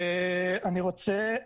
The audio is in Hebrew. אני מצטער,